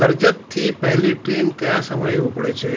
કર્જતથી પહેલી ટ્રેન કયા સમયે ઊપડે છે